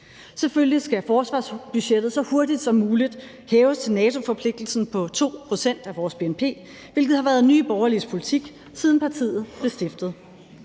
Selvfølgelig skal forsvarsbudgettet så hurtigt som muligt hæves til NATO-forpligtelsen på 2 pct. af vores bnp, hvilket har været Nye Borgerliges politik, siden partiet blev stiftet,